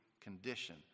condition